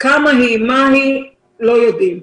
כמה היא ומהי לא יודעים.